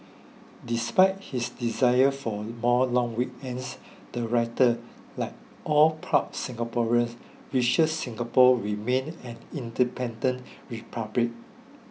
despite his desire for more long weekends the writer like all proud Singaporeans wishes Singapore remains an independent republic